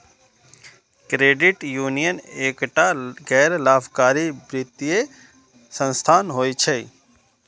credit union एकटा गैर लाभकारी वित्तीय संस्थान होइ छै